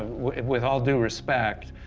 with all due respect,